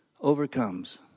overcomes